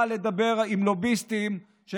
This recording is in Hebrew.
המשימה להגיע לחוק-יסוד: החקיקה,